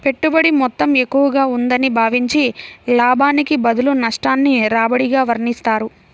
పెట్టుబడి మొత్తం ఎక్కువగా ఉందని భావించి, లాభానికి బదులు నష్టాన్ని రాబడిగా వర్ణిస్తారు